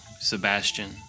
Sebastian